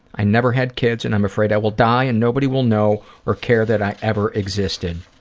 i never had kids, and i'm afraid i will die and nobody will know or care that i ever existed.